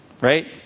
right